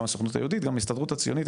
גם הסוכנות היהודית, גם ההסתדרות הציונית.